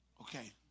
Okay